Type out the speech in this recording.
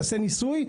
תעשה ניסוי,